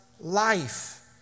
life